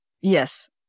Yes